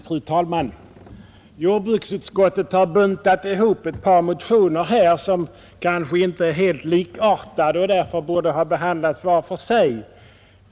Fru talman! Jordbruksutskottet har buntat ihop ett par motioner här som kanske inte är helt likartade och därför borde ha behandlats var för sig.